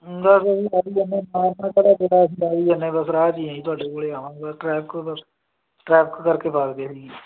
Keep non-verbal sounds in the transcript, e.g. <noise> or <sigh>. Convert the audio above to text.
<unintelligible> ਰਾਹ 'ਚ ਹੀ ਆਂ ਅਸੀਂ ਤੁਹਾਡੇ ਕੋਲ ਆਵਾਂਗੇ ਟ੍ਰੈਫਿਕ ਬਸ ਟ੍ਰੈਫਿਕ ਕਰਕੇ ਫਸ ਗਏ ਜੀ